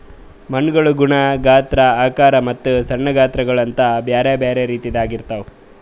ಮಣ್ಣುಗೊಳ್ ಗುಣ, ಗಾತ್ರ, ಆಕಾರ ಮತ್ತ ಸಣ್ಣ ಗಾತ್ರಗೊಳ್ ಅಂತ್ ಬ್ಯಾರೆ ಬ್ಯಾರೆ ರೀತಿದಾಗ್ ಇರ್ತಾವ್